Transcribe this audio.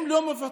אם לא מפתחים